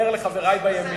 אני אומר לחברי בימין,